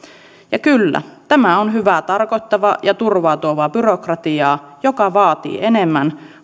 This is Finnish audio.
ja kyllä tämä on hyvää tarkoittavaa ja turvaa tuovaa byrokratiaa joka vaatii enemmän